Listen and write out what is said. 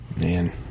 Man